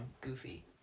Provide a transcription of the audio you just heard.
goofy